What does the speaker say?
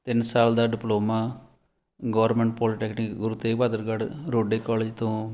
ਤਿੰਨ ਸਾਲ ਦਾ diploma government polytechnic Guru Tegh Bahadurgarh Rode college ਤੋਂ